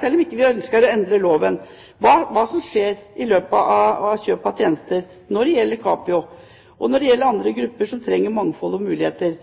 selv om vi ikke ønsker å endre loven, for å se hva som skjer med kjøp av tjenester fra Capio og andre tilbud for grupper som trenger mangfold og muligheter.